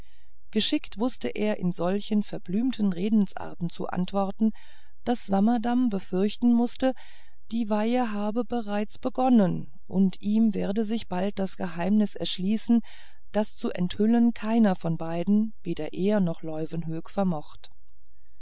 geschickt wußte er in solchen verblümten redensarten zu antworten daß swammerdamm befürchten mußte die weihe habe bereits begonnen und ihm werde sich bald das geheimnis erschließen das zu enthüllen keiner von beiden weder er noch leuwenhoek vermocht